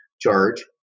charge